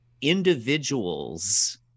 individuals